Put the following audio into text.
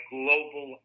global